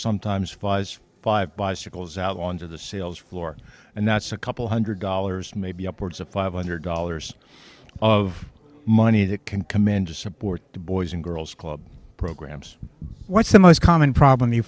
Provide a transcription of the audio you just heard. sometimes five five bicycles out onto the sales floor and that's a couple hundred dollars maybe upwards of five hundred dollars of money that can command to support the boys and girls club programs what's the most common problem you